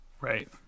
Right